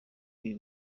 ibi